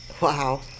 Wow